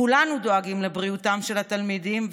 כולנו דואגים לבריאותם של התלמידים,